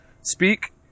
speak